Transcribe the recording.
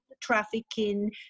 trafficking